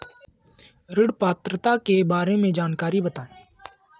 ऋण पात्रता के बारे में जानकारी बताएँ?